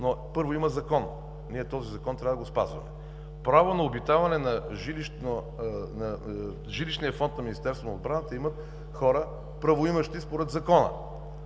но, първо, има Закон. Ние този Закон трябва да го спазваме. Право на обитаване на жилищния фонд на Министерство на отбраната имат хора, правоимащи, според Закона.